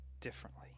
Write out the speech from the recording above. differently